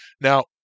Now